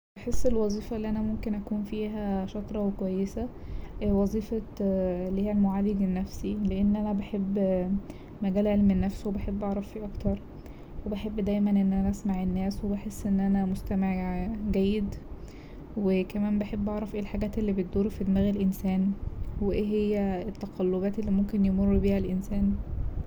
بحس الوظيفة اللي انا ممكن أكون فيها شاطرة وكويسة وظيفة اللي هي المعالج النفسي لأن أنا بحب مجال علم النفس وبحب أعرف فيه أكتر وبحب دايما إن أنا أسمع الناس وبحس إن أنا مستمع جيد وكمان بحب أعرف إيه الحاجات اللي بتدور في دماغ الإنسان وايه هي التقلبات اللي ممكن يمر بيها الإنسان.